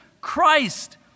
Christ